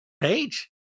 page